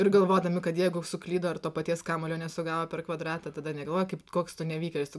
ir galvodami kad jeigu suklydo ir to paties kamuolio nesugavo per kvadratą tada negalvoja kaip koks tu nevykėlis tu